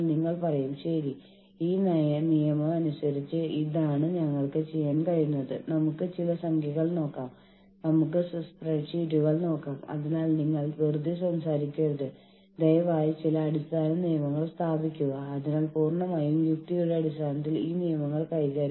ഓർഗനൈസേഷനായി പ്രവർത്തിക്കുന്ന ജീവനക്കാരുടെ ക്ഷേമം ഉറപ്പാക്കുന്നതിലൂടെ ജീവനക്കാർ പ്രവർത്തിക്കുന്ന സ്ഥാപനത്തെ പിന്തുണയ്ക്കുക എന്നതാണ് ഇതിന്റെ പ്രാഥമിക ലക്ഷ്യം